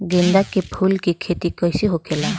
गेंदा के फूल की खेती कैसे होखेला?